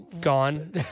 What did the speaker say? Gone